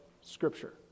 scripture